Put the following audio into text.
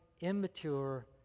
immature